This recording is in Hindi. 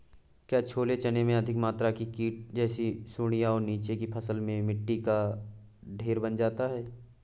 क्या छोले चने में अधिक मात्रा में कीट जैसी सुड़ियां और नीचे की फसल में मिट्टी का ढेर बन जाता है?